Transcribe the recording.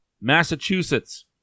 Massachusetts